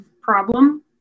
problem